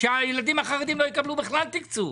שהילדים החרדים בכלל לא יקבלו תקצוב.